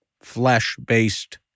flesh-based